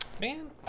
Man